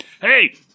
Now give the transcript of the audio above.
Hey